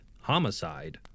homicide